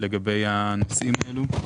לגבי הנושאים האלו.